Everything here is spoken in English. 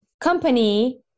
company